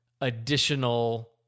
additional